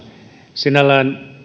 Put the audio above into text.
sinällään